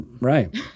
Right